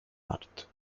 art